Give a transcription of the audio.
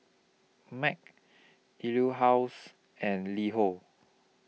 MAG Etude House and LiHo